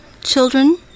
Children